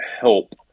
help